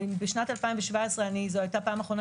בשנת 2017 זו היתה הפעם האחרונה